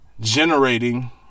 generating